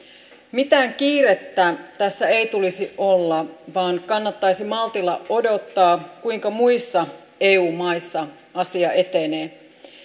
mitään kiirettä tässä ei tulisi olla vaan kannattaisi maltilla odottaa kuinka muissa eu maissa asia etenee